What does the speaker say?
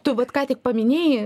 tu vat ką tik paminėji